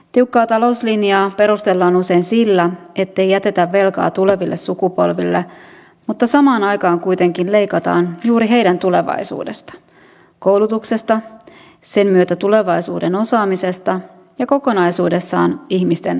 tiukkaa talouslinjaa perustellaan usein sillä ettei jätetä velkaa tuleville sukupolville mutta samaan aikaan kuitenkin leikataan juuri heidän tulevaisuudestaan koulutuksesta sen myötä tulevaisuuden osaamisesta ja kokonaisuudessaan ihmisten hyvinvoinnista